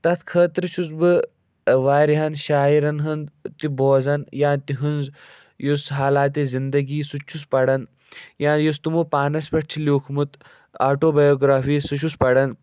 تَتھ خٲطرٕ چھُس بہٕ واریاہَن شاعرَن ہُنٛد تہِ بوزان یا تِہٕنٛز یُس حالات زندگی سُہ تہِ چھُس پَران یا یُس تِمو پانَس پٮ۪ٹھ چھُ لیوٗکھمُت آٹو بَیَوگرٛافی سُہ چھُس پَران